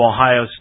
Ohio